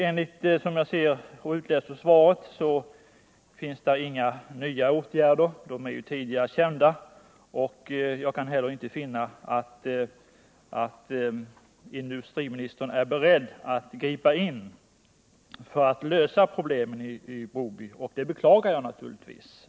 Jag kan inte utläsa av svaret att det finns förslag till nya åtgärder; de som nämns är ju tidigare kända. Jag kan inte heller finna att industriministern är beredd att gripa in för att lösa problemen i Broby, och det beklagar jag naturligtvis.